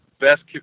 best